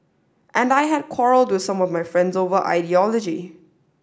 and I had quarrelled with some of my friends over ideology